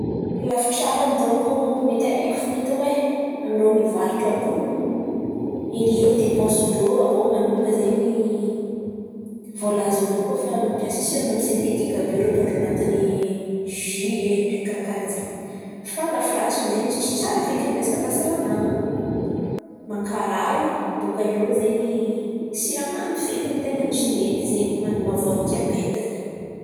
Lafi-tsaran̈y dônko mety araiky do hitako ai, amin'irô mivarotra àby io eliely depense ndrô avô manonga zen̈y vola azon-drô kô fa mampiasa siramamy sintetika àby io irô ataon̈drô an̈atin̈y jio e ndraiky raha karà zen̈y. Fa lafi-ratsin̈y zen̈y izy tsy tsara fekin̈y amy ny resaka fahasalaman̈a, mankarary bôkà eo zen̈y siramamy fekin̈y ten̈any tsy mety zen̈y mahavoan̈y diabeta zen̈y.